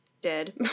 Dead